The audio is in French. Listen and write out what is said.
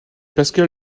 pascal